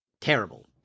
terrible